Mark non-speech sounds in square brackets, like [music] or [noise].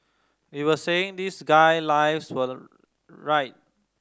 we were saying this guy lives [unintelligible] right